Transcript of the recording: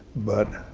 but